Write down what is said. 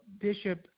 Bishop